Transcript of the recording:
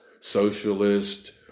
socialist